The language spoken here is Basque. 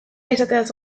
izateaz